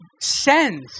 sends